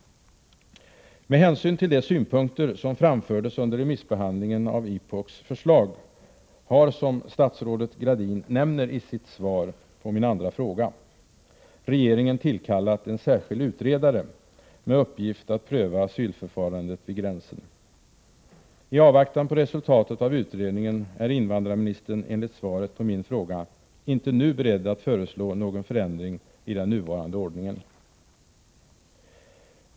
Med hänsyn till de synpunkter som framfördes under remissbehandlingen av IPOK:s förslag har — som statsrådet Gradin nämner i sitt svar på min andra fråga — regeringen tillkallat en särskild utredare med uppgift att pröva asylförfarandet vid gränsen. I avvaktan på resultatet av utredningen är invandrarministern, enligt svaret på min fråga, inte nu beredd att föreslå någon förändring i den nuvarande ordningen.